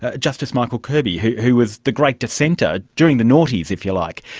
ah justice michael kirby, who who was the great dissenter during the noughties, if you like.